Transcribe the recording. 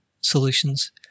solutions